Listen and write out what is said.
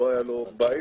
לא היה לו בית,